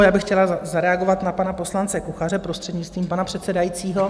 Já bych chtěla zareagovat na pana poslance Kuchaře, prostřednictvím pana předsedajícího.